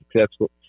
successful